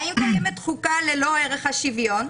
האם קיימת חוקה ללא ערך השוויון?